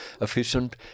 efficient